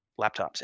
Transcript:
laptops